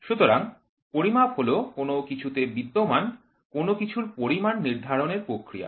সুতরাং পরিমাপ হল কোন কিছুতে বিদ্যমান কোন কিছুর পরিমাণ নির্ধারণের প্রক্রিয়া